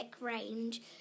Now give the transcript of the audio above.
range